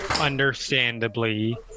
understandably